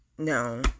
No